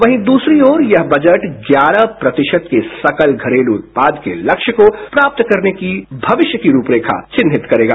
वहीं दूसरी ओर यह बजट ग्यारह प्रतिशत के सकल घरेलू उत्पाद के लक्ष्य को प्राप्त करने की भविष्य की रूपरेखा चिनहित करेगा